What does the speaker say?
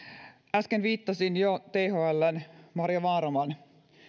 äsken viittasin jo thln marja vaaraman